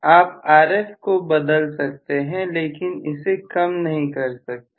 प्रोफेसरआप Rf को बदल सकते हैं लेकिन इसे कम नहीं कर सकते